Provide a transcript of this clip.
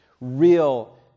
real